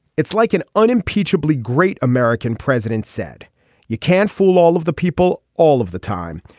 it's like an unimpeachable great american president said you can't fool all of the people all of the time.